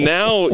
now